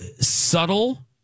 subtle